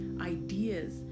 ideas